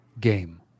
game